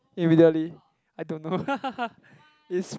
immediately i dont know is